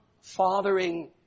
fathering